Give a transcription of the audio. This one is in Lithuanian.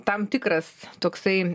tam tikras toksai